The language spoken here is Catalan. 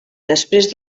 després